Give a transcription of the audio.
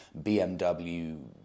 BMW